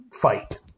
fight